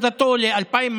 מתה.